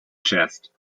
chest